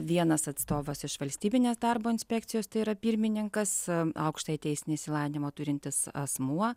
vienas atstovas iš valstybinės darbo inspekcijos tai yra pirmininkas aukštąjį teisinį išsilavinimą turintis asmuo